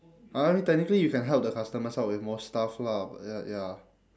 I I mean technically you can help the customers out with more stuff lah but ya ya